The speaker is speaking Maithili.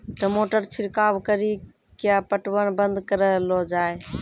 टमाटर छिड़काव कड़ी क्या पटवन बंद करऽ लो जाए?